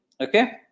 Okay